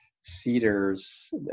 cedars